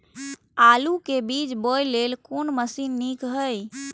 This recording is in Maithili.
आलु के बीज बोय लेल कोन मशीन नीक ईय?